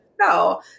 no